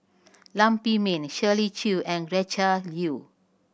Lam Pin Min Shirley Chew and Gretchen Liu